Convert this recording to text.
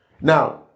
Now